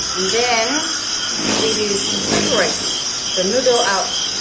and then we will separate the noodle out.